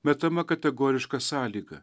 metama kategoriška sąlyga